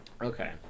okay